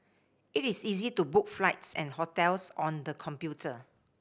it is easy to book flights and hotels on the computer